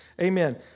Amen